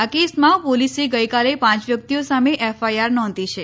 આ કેસમાં પોલીસે ગઈકાલે પાંચ વ્યક્તિઓ સામે એફઆઈઆર નોંધી છે